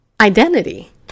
identity